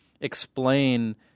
explain